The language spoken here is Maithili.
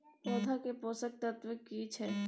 पौधा के पोषक तत्व की छिये?